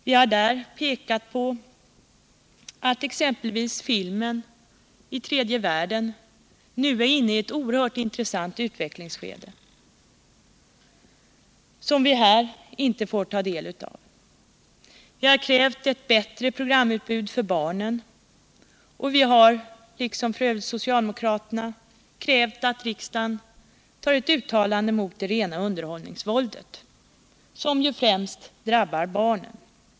Vi har där pekat på att exempelvis filmen i tredje världen nu är inne i ett oerhört intressant utvecklingsskede, som vi här inte får ta del av. Vi har krävt ett bättre programutbud för barnen, och vi har, liksom f. ö. också socialdemokraterna, krävt att riksdagen gör ett uttalande mot det rena underhållningsvåldet, som ju främst drabbar barnen.